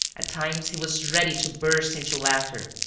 at times he was ready to burst into laughter,